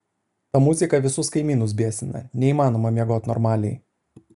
ta muzika visus kaimynus biesina neįmanoma miegot normaliai